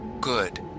Good